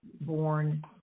born